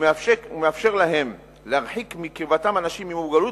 ומאפשר להם להרחיק מקרבתם אנשים עם מוגבלות,